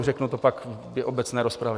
Řeknu to pak v obecné rozpravě.